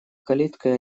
калиткою